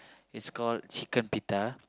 it's called chicken pita